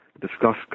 discuss